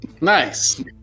Nice